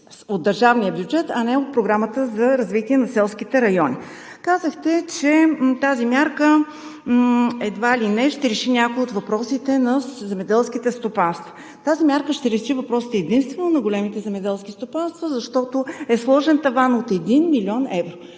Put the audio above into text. от държавния бюджет, а от Програмата за развитие на селските райони. Казахте, че тази мярка едва ли не ще реши някои от въпросите на земеделските стопанства. Тази мярка ще реши въпросите единствено на големите земеделски стопанства, защото е сложен таван от 1 млн. евро.